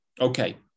Okay